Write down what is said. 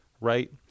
right